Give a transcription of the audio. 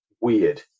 weird